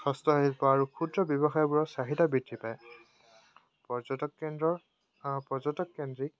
হস্তশিল্প আৰু ক্ষুদ্ৰ ব্যৱসায়বোৰৰ চাহিদা বৃদ্ধি পায় পৰ্যটক কেন্দ্ৰৰ পৰ্যটক কেন্দ্ৰিক